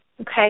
okay